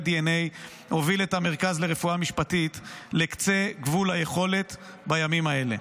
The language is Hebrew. דנ"א הוביל את המרכז לרפואה משפטית לקצה גבול היכולת בימים האלה.